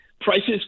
prices